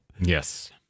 Yes